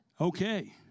Okay